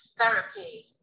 therapy